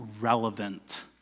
relevant